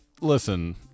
listen